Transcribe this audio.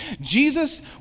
Jesus